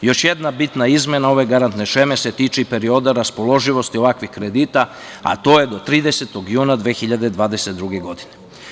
Još jedna bitna izmena ove garantne šeme se tiče i perioda raspoloživosti ovakvih kredita, a to je do 30. juna 2022. godine.